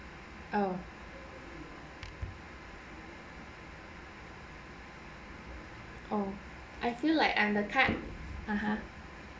oh oh I feel like I'm the type (uh huh)